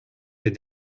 des